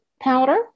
powder